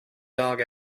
dog